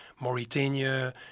Mauritania